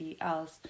Else